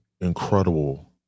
incredible